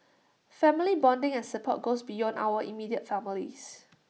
family bonding and support goes beyond our immediate families